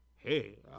hey